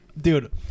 dude